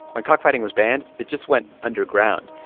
when cockfighting was banned, it just went underground.